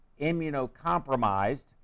immunocompromised